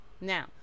Now